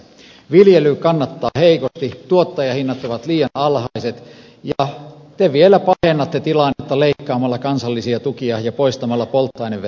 viljely kannattaa heikosti tuottajahinnat ovat liian alhaiset ja te vielä pahennatte tilannetta leikkaamalla kansallisia tukia ja poistamalla polttoaineveron palautuksen